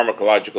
pharmacological